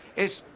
is.